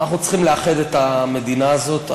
אנחנו צריכים לאחד את המדינה הזאת.